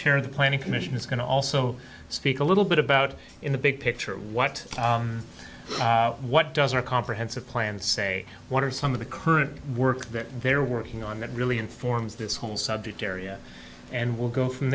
of the planning commission is going to also speak a little bit about in the big picture what what does a comprehensive plan say what are some of the current work that they're working on that really informs this whole subject area and we'll go from